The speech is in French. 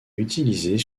utilisées